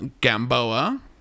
Gamboa